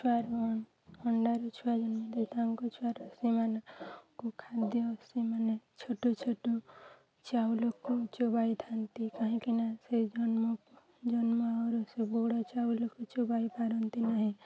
ଛୁଆର ଅଣ୍ଡାରୁ ଛୁଆ ଜନ୍ମ ତାଙ୍କ ଛୁଆର ସେମାନଙ୍କୁ ଖାଦ୍ୟ ସେମାନେ ଛୋଟ ଛୋଟ ଚାଉଳକୁ ଚୋବାଇଥାନ୍ତି କାହିଁକି ନା ସେ ଜନ୍ମ ଜନ୍ମରୁ ସେ ବୁଡ଼ ଚାଉଳକୁ ଚବାଇ ପାରନ୍ତି ନାହିଁ